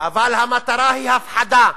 אבל המטרה היא הפחדה,